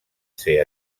ser